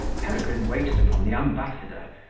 peregrine waited upon the ambassador,